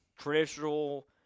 traditional